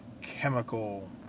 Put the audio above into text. chemical